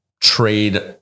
trade